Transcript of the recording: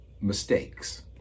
mistakes